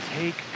take